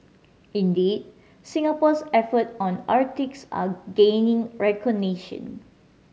indeed Singapore's efforts on the Arctic are gaining recognition